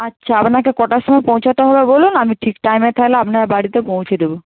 আচ্ছা আপনাকে কটার সময় পৌঁছাতে হবে বলুন আমি ঠিক টাইমে তাহলে আপনার বাড়িতে পৌঁছে দেবো